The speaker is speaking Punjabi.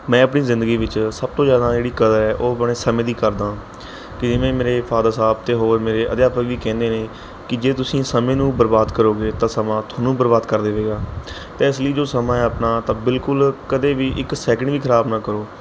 ਮੈਂ ਆਪਣੀ ਜ਼ਿੰਦਗੀ ਵਿੱਚ ਸਭ ਤੋਂ ਜ਼ਿਆਦਾ ਜਿਹੜੀ ਕਦਰ ਹੈ ਉਹ ਆਪਣੇ ਸਮੇਂ ਦੀ ਕਰਦਾ ਕਿ ਜਿਵੇਂ ਮੇਰੇ ਫਾਦਰ ਸਾਹਿਬ ਅਤੇ ਹੋਰ ਮੇਰੇ ਅਧਿਆਪਕ ਵੀ ਕਹਿੰਦੇ ਨੇ ਕਿ ਜੇ ਤੁਸੀਂ ਸਮੇਂ ਨੂੰ ਬਰਬਾਦ ਕਰੋਗੇ ਤਾਂ ਸਮਾਂ ਤੁਹਾਨੂੰ ਬਰਬਾਦ ਕਰ ਦੇਵੇਗਾ ਅਤੇ ਇਸ ਲਈ ਜੋ ਸਮਾਂ ਹੈ ਆਪਣਾ ਤਾਂ ਬਿਲਕੁਲ ਕਦੇ ਵੀ ਇੱਕ ਸੈਕਿੰਡ ਵੀ ਖਰਾਬ ਨਾ ਕਰੋ